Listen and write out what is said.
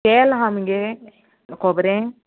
तेल आहा मगे खोबरें